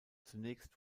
zunächst